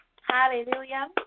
Hallelujah